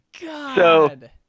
God